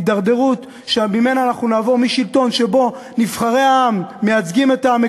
הידרדרות שבה נעבור משלטון שבו נבחרי העם מייצגים את העם,